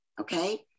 Okay